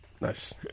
Nice